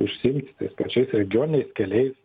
užsiimti tais pačiais regioniniais keliais